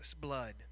blood